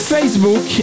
Facebook